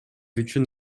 үчүн